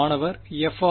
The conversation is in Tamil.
மாணவர் f